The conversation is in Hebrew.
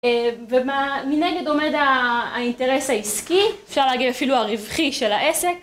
ומה מנגד עומד האינטרס העסקי, אפשר להגיד אפילו הרווחי של העסק